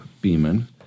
Beeman